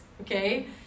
okay